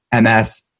MS